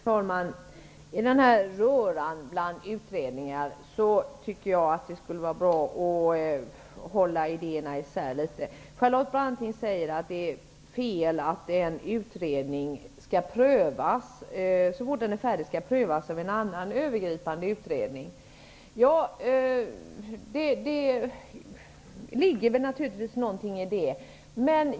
Fru talman! I denna röra av utredningar kan det vara bra att hålla isär idéerna litet grand. Charlotte Branting säger att det är fel att så fort en utredning är färdig skall den prövas av en annan övergripande utredning. Det ligger naturligtvis någonting i det.